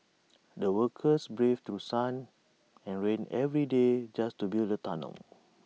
the workers braved through sun and rain every day just to build the tunnel